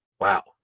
wow